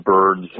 birds